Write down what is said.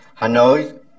Hanoi